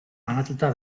banatuta